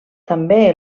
també